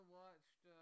watched